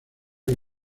que